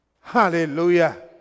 Hallelujah